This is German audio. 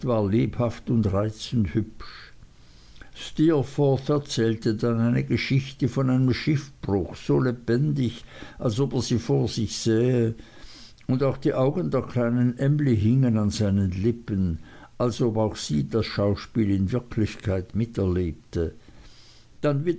lebhaft und reizend hübsch steerforth erzählte dann eine geschichte von einem schiffbruch so lebendig als ob er sie vor sich sähe und auch die augen der kleinen emly hingen an seinen lippen als ob auch sie das schauspiel in wirklichkeit miterlebte dann wieder